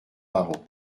parents